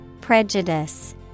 Prejudice